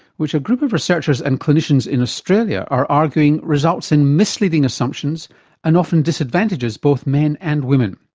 which a group of researchers and clinicians in australia are arguing results in misleading assumptions and often disadvantages both men and women.